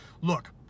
Look